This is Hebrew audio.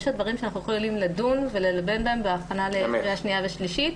יש דברים שאנחנו יכולים לדון וללבן אותם בהכנה לקריאה השנייה והשלישית.